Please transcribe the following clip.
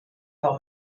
par